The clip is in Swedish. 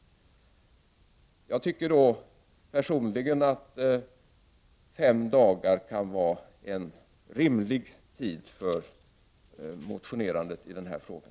Personligen anser jag att fem dagar kan vara en rimlig tid för motionerandet när det gäller den här frågan.